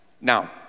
Now